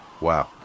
Wow